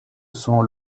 sont